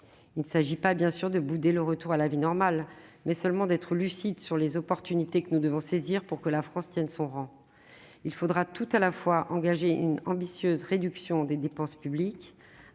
Il ne s'agit pas, bien sûr, de bouder le retour à la vie normale, mais seulement d'être lucides sur les occasions que nous devons saisir pour que la France tienne son rang. Il faudra tout à la fois engager une ambitieuse réduction des dépenses publiques,